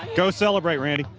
go celebrate, randy.